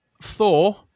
Thor